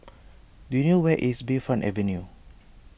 do you know where is Bayfront Avenue